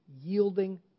yielding